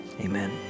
Amen